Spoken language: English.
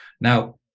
now